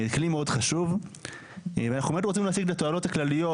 כלי מאוד חשוב אם אנחנו באמת רוצים להשיג את התועלות הכלליות